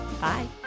bye